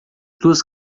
duas